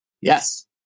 Yes